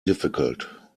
difficult